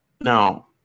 Now